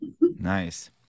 Nice